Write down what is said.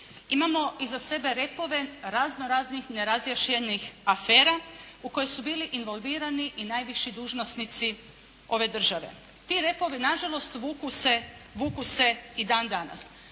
Imamo iza svega repove raznoraznih nerazjašnjenih afera u koje su bili involvirani i najviši dužnosnici ove države. Ti repovi nažalost vuku se i dan danas.